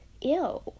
Ew